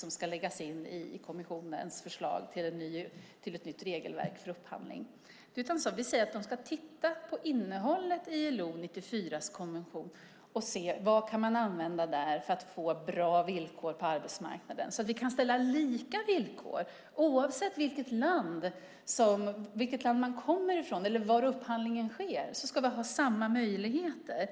som ska läggas in i kommissionens förslag till ett nytt regelverk för upphandling. Vi säger att de ska titta på innehållet i ILO:s konvention 94 och se vad som kan användas där för att få bra villkor på arbetsmarknaden, så att vi kan ställa krav på lika villkor. Oavsett vilket land det är fråga om eller var upphandlingen sker ska det vara samma möjligheter.